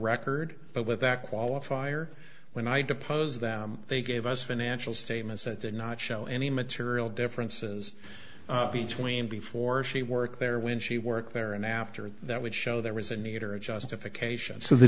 record but with that qualifier when i had to pose that they gave us financial statements that did not show any material differences between before she worked there when she worked there and after that would show there was a need or a justification so the